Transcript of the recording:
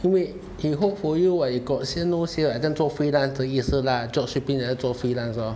因为 he hold for you [what] you got sales no sales 很像做 freelance 的意思啦 drop shipping 很像 freelance lor